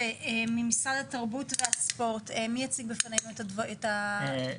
ממשרד התרבות והספורט מי יציג בפנינו את התקנות?